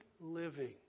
living